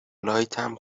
لایتم